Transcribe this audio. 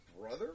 brother